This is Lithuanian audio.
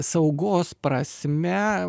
saugos prasme